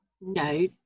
no